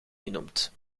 genoemd